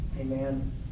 amen